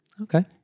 Okay